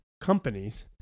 companies